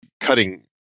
cutting